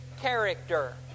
character